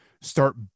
Start